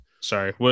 Sorry